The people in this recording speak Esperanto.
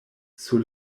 sur